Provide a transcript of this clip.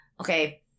okay